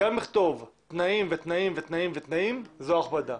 גם לכתוב תנאים ותנאים ותנאים ותנאים, זאת הכבדה.